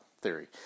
theory